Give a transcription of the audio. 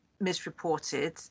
Misreported